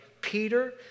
Peter